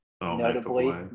notably